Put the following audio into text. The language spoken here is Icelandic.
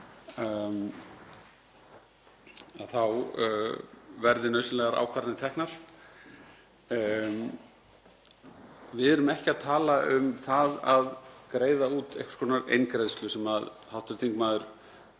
verði nauðsynlegar ákvarðanir teknar. Við erum ekki að tala um það að greiða út einhvers konar eingreiðslu sem hv. þingmaður